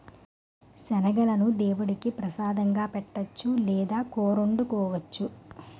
శనగలను దేముడికి ప్రసాదంగా పెట్టొచ్చు లేదా కూరొండుకోవచ్చు